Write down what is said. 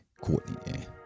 Courtney